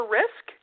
risk